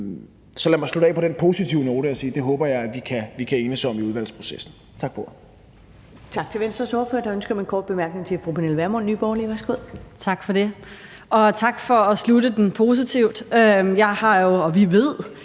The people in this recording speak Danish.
Så lad mig slutte af på den positive note og sige, og det håber jeg vi kan enes om i udvalgsprocessen. Tak for